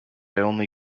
only